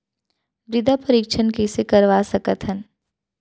मृदा परीक्षण कइसे करवा सकत हन?